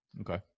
Okay